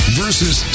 versus